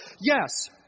Yes